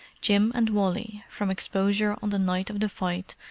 jim and wally, from exposure on the night of the fight,